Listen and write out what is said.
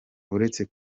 uretse